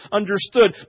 understood